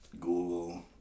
Google